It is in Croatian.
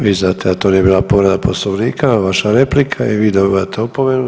Vi znate da to nije bila povreda Poslovnika no vaša replika i vi dobivate opomenu.